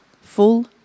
full